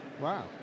Wow